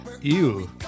Ew